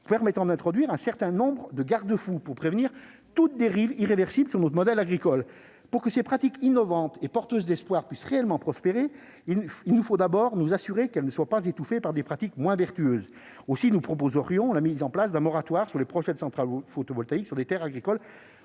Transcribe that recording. permettant d'introduire des garde-fous afin de prévenir toute dérive irréversible sur notre modèle agricole. Pour que ces pratiques innovantes et porteuses d'espoir puissent réellement prospérer, nous devons tout d'abord nous assurer qu'elles ne soient pas « étouffées » par des pratiques moins vertueuses. Aussi, nous aurions pu vous proposer de mettre en place un moratoire sur les projets de centrales photovoltaïques sur des terres agricoles